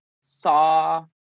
saw